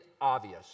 obvious